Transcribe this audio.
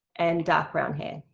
and dark brown hair.